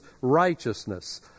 righteousness